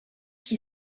qui